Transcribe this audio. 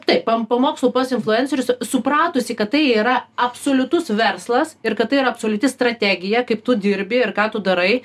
taip po mokslų pats influencerius supratusi kad tai yra absoliutus verslas ir kad tai yra absoliuti strategija kaip tu dirbi ir ką tu darai